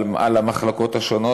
על המחלקות השונות.